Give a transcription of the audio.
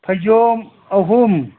ꯐꯩꯖꯣꯝ ꯑꯍꯨꯝ